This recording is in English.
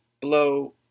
blow